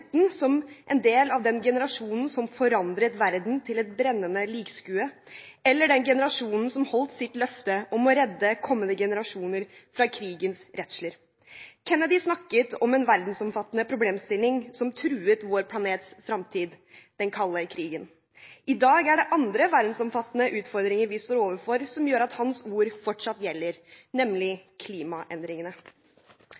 den generasjonen som forandret verden til et brennende likskue, eller den generasjonen som holdt sitt løfte om å redde kommende generasjoner fra krigens redsler.» Kennedy snakket om en verdensomfattende problemstilling som truet vår planets fremtid – den kalde krigen. I dag er det andre verdensomfattende utfordringer vi står overfor, som gjør at hans ord fortsatt gjelder, nemlig